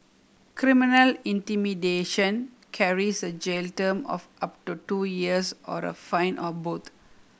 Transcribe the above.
criminal intimidation carries a jail term of up to two years or a fine or both